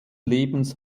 lebens